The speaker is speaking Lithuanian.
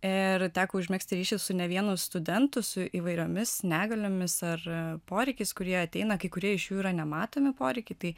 ir teko užmegzti ryšį su ne vienu studentu su įvairiomis negaliomis ar poreikiais kurie ateina kai kurie iš jų yra nematomi poreikiai tai